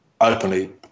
openly